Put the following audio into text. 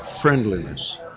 friendliness